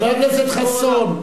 חבר הכנסת חסון.